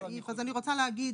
אז אני רוצה להגיד,